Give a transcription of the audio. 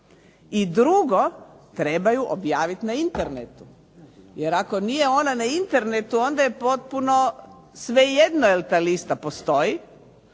i drugo, trebaju objaviti na Internetu. Jer ako nije ona na Internetu onda je potpuno svejedno jel ta lista postoji